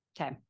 Okay